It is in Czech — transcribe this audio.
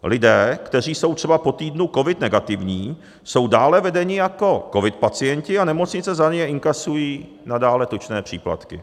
Lidé, kteří jsou třeba po týdnu covid negativní, jsou dále vedeni jako covid pacienti a nemocnice za ně inkasují nadále tučné příplatky.